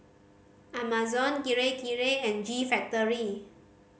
Amazon Kirei Kirei and G Factory